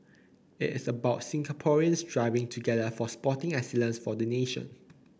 it is about Singaporeans striving together for sporting excellence for the nation